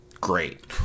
Great